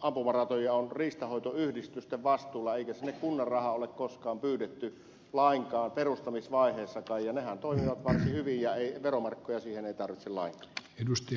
ampumaratoja on riistanhoitoyhdistysten vastuulla eikä sinne kunnan rahaa ole koskaan pyydetty lainkaan perustamisvaiheessakaan ja nehän toimivat varsin hyvin ja veromarkkoja siihen ei tarvita lainkaan